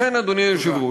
לכן, אדוני היושב-ראש,